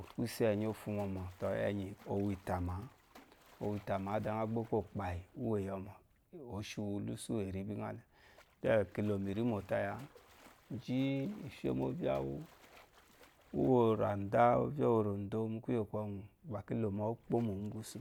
Okusenyi ofu momo taye nyi oweta ma, oweta ma de gbe ekogbayi uweyo mo oshiwu losu eri bigha le then keri mire motayaa gii ifemorya uworada ovya uworodo mu kuye kɔgu ba kile mowekpomo ubwesu